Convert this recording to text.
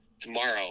tomorrow